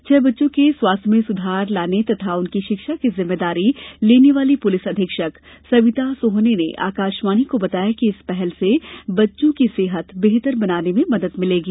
छह बच्चों के स्वास्थ्य में सुधार लाने तथा उनकी शिक्षा की जिम्मेदारी लेने वाली पुलिस अधीक्षक सविता सोहने ने आकाशवाणी को बताया कि इस पहल से बच्चों की सेहत बेहतर बनाने में मदद मिलेगी